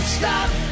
stop